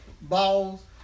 balls